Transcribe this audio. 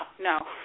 No